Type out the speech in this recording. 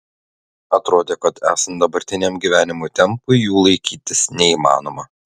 atrodė kad esant dabartiniam gyvenimo tempui jų laikytis neįmanoma